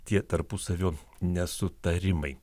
tie tarpusavio nesutarimai